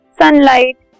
sunlight